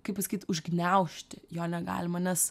kaip pasakyt užgniaužti jo negalima nes